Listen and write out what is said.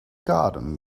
garden